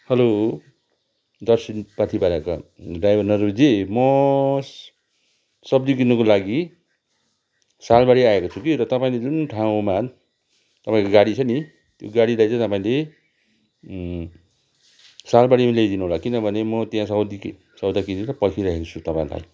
हलो दर्शन पाथिभराका ड्राइभर नर्बू जी म सब्जी किन्नुको लागि सालबारी आएको छु कि र तपाईँले जुन ठाउँमा तपाईँको गाडी छ नि त्यो गाडीलाई चाहिँ तपाईँले सालबारीमा ल्याइदिनु होला किनभने म त्यहाँ सौदी कि सौदा किनेर पर्खिरहेको छु तपाईँलाई